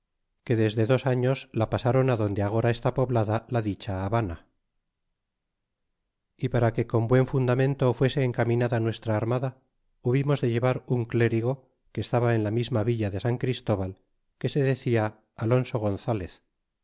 que desde dos arios la pasaron adonde agora está poblada la dicha habana y para que con buen fundamento fuese encaminada nuestra armada hubimos de llevar un clérigo que estaba en la misma villa de san christóval que se decia alonso gonzalez